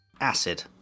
acid